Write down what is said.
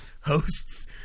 hosts